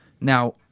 Now